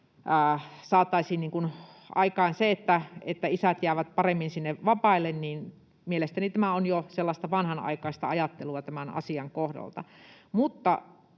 saataisiin aikaan se, että isät jäävät paremmin sinne vapaille, on mielestäni jo sellaista vanhanaikaista ajattelua tämän asian kohdalta.